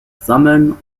sammeln